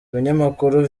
ibinyamakuru